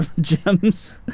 Gems